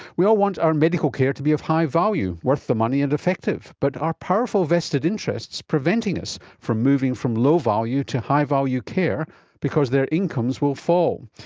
we all want our medical care to be of high value, worth the money and effective, but are powerful vested interests preventing us from moving from low value to high value care because their incomes will fall?